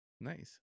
Nice